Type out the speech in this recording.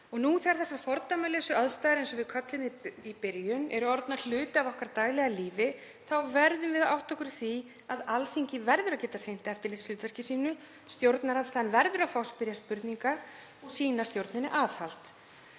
Og nú þegar þessar fordæmalausu aðstæður, eins og við kölluðum þær í byrjun, eru orðnar hluti af okkar daglega lífi verðum við að átta okkur á því að Alþingi verður að geta sinnt eftirlitshlutverki sínu. Stjórnarandstaðan verður að fá að spyrja spurninga og sýna stjórninni aðhald.